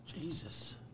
Jesus